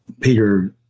Peter